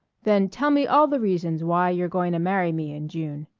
then tell me all the reasons why you're going to marry me in june.